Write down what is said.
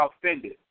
offended